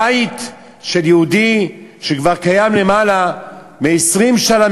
בית של יהודי שכבר קיים למעלה מ-20 שנה,